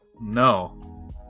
No